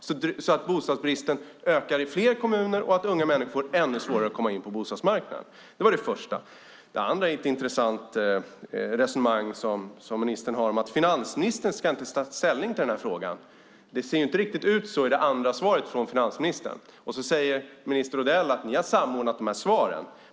Bostadsbristen ökar i fler kommuner, och unga människor får ännu svårare att komma in på bostadsmarknaden. Ministern har ett intressant resonemang om att finansministern inte ska ta ställning i frågan. Det ser inte riktigt ut så i svaret från finansministern. Sedan säger minister Odell att ni har samordnat svaren.